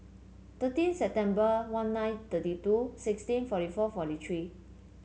thirteen September one nine thirty two sixteen forty four forty three